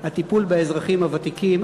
הטיפול באזרחים הוותיקים.